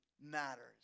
matters